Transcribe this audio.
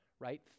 right